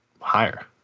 higher